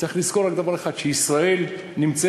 צריך לזכור רק דבר אחד: שישראל נמצאת